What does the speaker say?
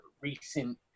recent